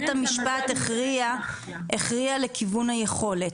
בית המשפט הכריע לכיוון היכולת,